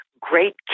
great